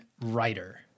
writer